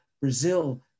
Brazil